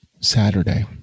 Saturday